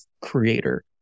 creator